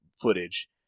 footage